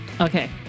Okay